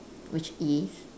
which is